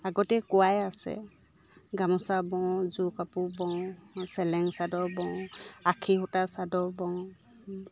আগতে কোৱাই আছে গামোচা বওঁ যোৰ কাপোৰ বওঁ চেলেং চাদৰ বওঁ আখি সূতা চাদৰ বওঁ